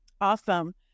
Awesome